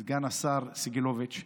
סגן השר סגלוביץ',